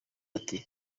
ati